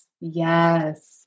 Yes